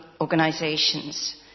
organisations